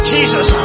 Jesus